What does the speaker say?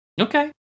Okay